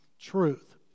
truth